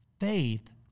faith